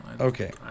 Okay